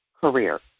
career